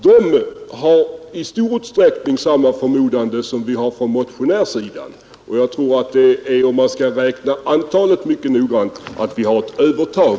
Där förekommer i stort sett samma förmodanden som vi motionärer gör. Om man räknar antalet mycket noggrant tror jag att vi har ett övertag.